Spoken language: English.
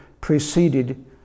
preceded